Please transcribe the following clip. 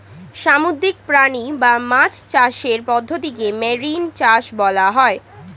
সামুদ্রিক প্রাণী ও মাছ চাষের পদ্ধতিকে মেরিন চাষ বলা হয়